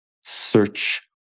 search